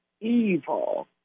evil